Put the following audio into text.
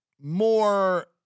more